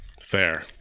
Fair